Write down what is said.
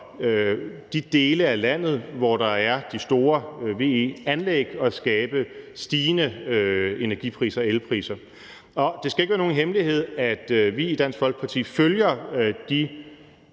de dele af landet, hvor der er de store VE-anlæg, kan realiseres uden at skabe stigende energipriser og elpriser. Det skal ikke være nogen hemmelighed, at vi i Dansk Folkeparti følger de